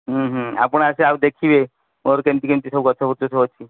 ହୁଁ ହୁଁ ଆପଣ ଆସି ଆଉ ଦେଖିବେ ମୋର କେମତି କେମିତି ଗଛ ବଛ ସବୁ ଅଛି